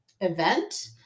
event